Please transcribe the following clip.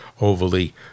overly